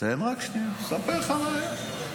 תן רק שנייה, אני מספר לך מה היה.